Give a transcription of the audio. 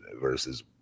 versus